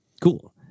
Cool